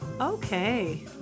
Okay